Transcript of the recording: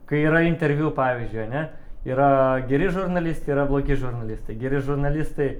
kai yra interviu pavyzdžiui ane yra geri žurnalistai yra blogi žurnalistai geri žurnalistai